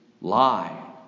lie